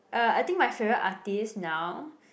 uh I think my favorite artist now